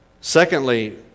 Secondly